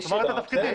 תאמר את התפקידים.